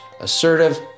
assertive